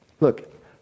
Look